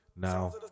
Now